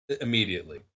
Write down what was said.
immediately